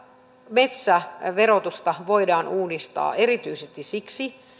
metsäverotusta voidaan uudistaa erityisesti siksi